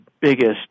biggest